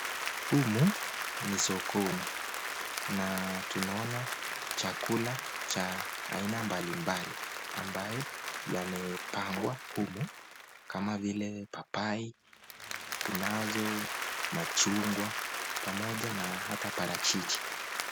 Humu ni sokoni na tunaona chakula za aina mbalimbali ambayo yamepangwa humu kama vile papai, kunazo machungwa pamoja na hata parachichi.